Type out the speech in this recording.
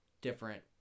different